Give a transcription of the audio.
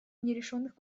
нерешенных